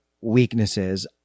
weaknesses